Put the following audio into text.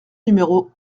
numéro